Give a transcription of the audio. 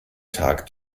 tag